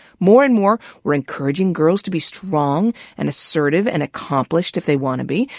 more and more, we're encouraging girls to be strong and assertive and accomplished, if they want to be,